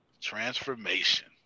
Transformation